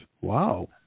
Wow